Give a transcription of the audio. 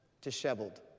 Disheveled